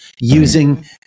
using